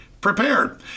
prepared